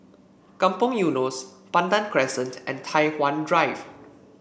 Kampong Eunos Pandan Crescent and Tai Hwan Drive